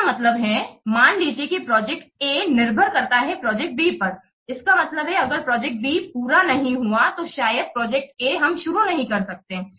इसका मतलब है मान लीजिए कि प्रोजेक्ट A निर्भर करता है प्रोजेक्ट B पर इसका मतलब है अगर प्रोजेक्ट B पूरा नहीं हुआ है तो शायद प्रोजेक्ट A हम शुरू नहीं कर सकते हैं